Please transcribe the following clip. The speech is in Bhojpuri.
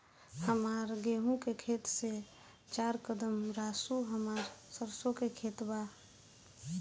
हमार गेहू के खेत से चार कदम रासु हमार सरसों के खेत बा